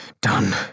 done